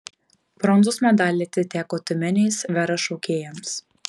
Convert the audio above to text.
bronzos medaliai atiteko tiumenės vera šokėjams